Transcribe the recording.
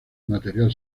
material